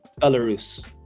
Belarus